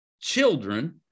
children